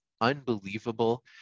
unbelievable